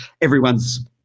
everyone's